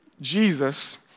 Jesus